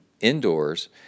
indoors